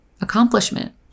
accomplishment